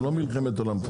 זה לא מלחמת עולם פה,